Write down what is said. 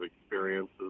experiences